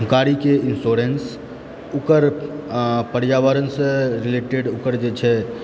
गाड़ीके इन्स्योरेन्स ओकर पर्यावरणसँ रिलेटेड ओकर जे छै